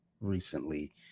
recently